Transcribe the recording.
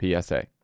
PSA